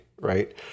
right